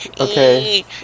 Okay